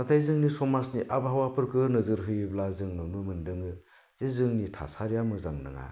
नाथाय जोंनि समाजनि आबहावाफोरखौ नोजोर होयोब्ला जों नुनो मोनदों जे जोंनि थासारिया मोजां नङा